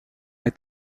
est